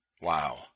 Wow